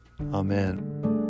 Amen